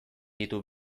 ditu